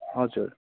हजुर